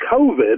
COVID